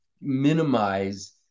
minimize